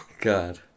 God